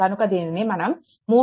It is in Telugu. కనుక దీనిని మనం 3